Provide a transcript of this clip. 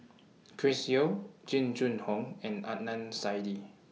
Chris Yeo Jing Jun Hong and Adnan Saidi